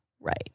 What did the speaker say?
Right